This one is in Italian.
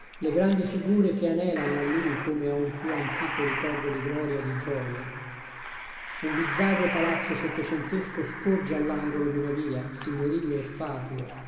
le grandi figure che anelano a lui come a un più antico ricordo di gloria e di gioia un bizzarro palazzo settecentesco sporge all'angolo di una via signorile e fatuo